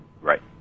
Right